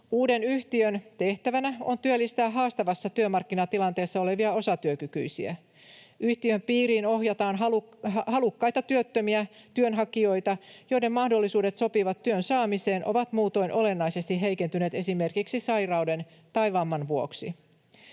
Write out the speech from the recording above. Uuden yhtiön tehtävänä on työllistää haastavassa työmarkkinatilanteessa olevia osatyökykyisiä. Yhtiön piiriin ohjataan halukkaita työttömiä työnhakijoita, joiden mahdollisuudet sopivan työn saamiseen ovat muutoin olennaisesti heikentyneet esimerkiksi sairauden tai vamman vuoksi.